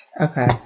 Okay